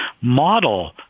model